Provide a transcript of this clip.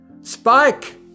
Spike